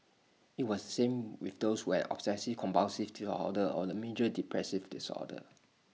IT was the same with those who had obsessive compulsive order or A major depressive disorder